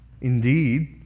Indeed